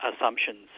assumptions